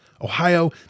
Ohio